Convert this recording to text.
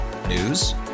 News